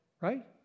Right